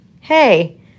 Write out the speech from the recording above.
Hey